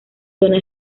zona